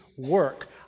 work